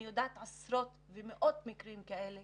אני יודעת על עשרות ומאות בני נוער